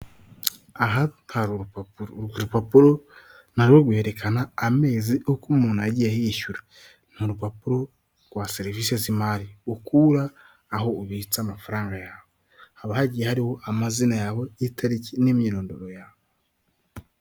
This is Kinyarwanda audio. Aha, hari urupapuro, urwo rupapuro rwerekana amezi uko umuntu yagiye yishyura. Ni urupapuro rwa serivisi z'imari, ukura aho ubitsa amafaranga yawe, haba hagiye hariho amazina yawe, itariki, n'imyirondoro yawe.